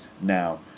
now